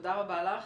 תודה רבה לך.